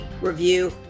review